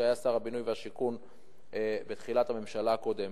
שהיה שר הבינוי והשיכון בתחילת הממשלה הקודמת,